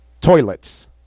toilets